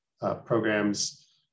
programs